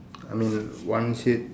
I mean one shade